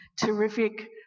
terrific